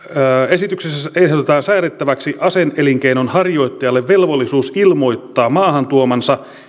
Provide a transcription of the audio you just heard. esityksessä ehdotetaan säädettäväksi ase elinkeinon harjoittajalle velvollisuus ilmoittaa maahantuomansa